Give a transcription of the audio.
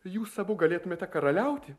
jūs abu galėtumėte karaliauti